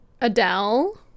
adele